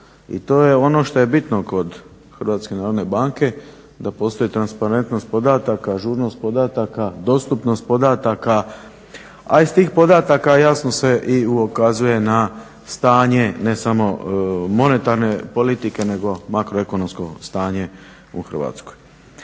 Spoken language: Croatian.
i to je ono što je bitno kod Hrvatske narodne banke da postoji transparentnost podataka, žurnost podataka, dostupnost podataka, a iz tih podataka jasno se i ukazuje na stanje, ne samo monetarne politike nego makroekonomskog stanje u Hrvatskoj.